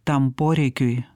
tam poreikiui